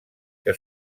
que